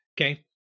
Okay